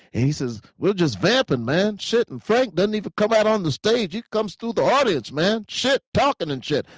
and he says, we're just vamping, man, shit and frank doesn't even come out on the stage. he comes through the audience, man. shit. talkin' and shit.